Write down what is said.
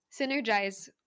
synergize